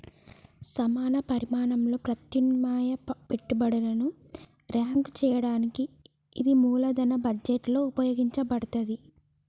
సమాన పరిమాణంలో ప్రత్యామ్నాయ పెట్టుబడులను ర్యాంక్ చేయడానికి ఇది మూలధన బడ్జెట్లో ఉపయోగించబడతాంది